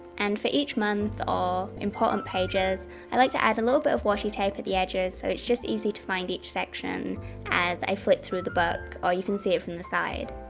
and, for each month or important pages i like to add a little bit of washi tape at the edges so it's just easy to find each section as i flip through the book, or you can see it from the side